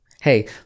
Hey